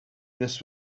this